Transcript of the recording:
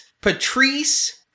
Patrice